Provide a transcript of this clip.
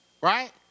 Right